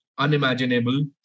Unimaginable